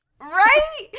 Right